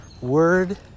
word